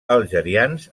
algerians